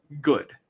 good